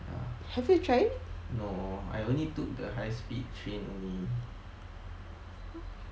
no I only took the high speed train only